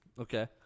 Okay